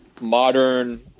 modern